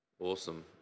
Awesome